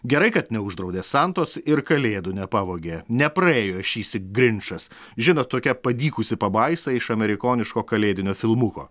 gerai kad neuždraudė santos ir kalėdų nepavogė nepraėjo šįsyk grinčas žinot tokia padykusi pabaisa iš amerikoniško kalėdinio filmuko